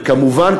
וכמובן,